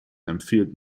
empfiehlt